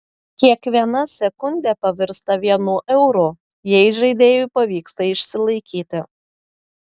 kiekviena sekundė pavirsta vienu euru jei žaidėjui pavyksta išsilaikyti